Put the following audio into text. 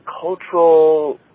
cultural